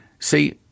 See